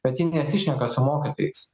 bet ji nesišneka su mokytojais